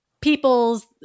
peoples